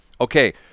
Okay